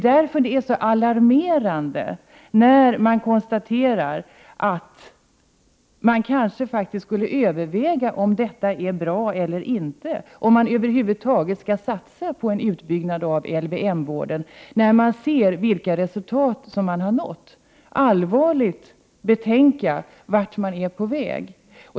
Därför är det alarmerande när man konstaterar att man kanske skulle överväga om LVM-vården är bra eller inte. Man kanske skall överväga om man över huvud taget skall satsa på en utbyggnad av den, när man ser vilka resultat som har uppnåtts. Man borde i varje fall allvarligt betänka vart man är på väg.